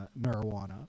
Marijuana